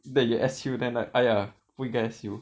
that you S_U then like !aiya! 不应该 S_U